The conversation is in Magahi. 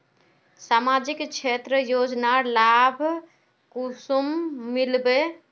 सामाजिक क्षेत्र योजनार लाभ कुंसम मिलबे?